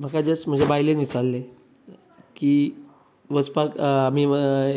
म्हाका जस्ट म्हज्या बायलेन विचारले की वचपा आमी